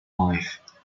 life